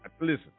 Listen